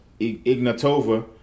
Ignatova